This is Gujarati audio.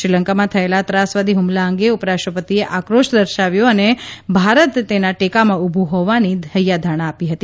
શ્રીલંકામાં થયેલા ત્રાસવાદી હુમલા અંગે ઉપરાષ્ટ્રપતિએ આક્રોશ દર્શાવ્યો અને ભારત તેના ટેકામાં ઉભ્યું હોવાથી હૈયાધારણ આપી હતી